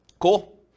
cool